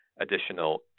additional